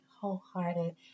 wholehearted